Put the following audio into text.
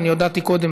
אני הודעתי קודם